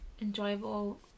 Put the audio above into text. enjoyable